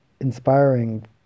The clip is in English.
inspiring